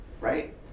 right